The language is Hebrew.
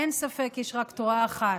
אין ספק, יש רק תורה אחת.